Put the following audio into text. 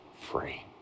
free